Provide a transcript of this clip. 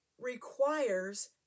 requires